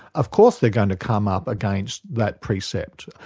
of course they're going to come up against that precept,